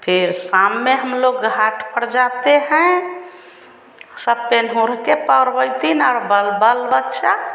फिर शाम में हमलोग घाट पर जाते हैं सब पहन ओढ़कर परवैती नर बल बाल बच्चा